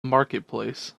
marketplace